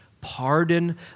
pardon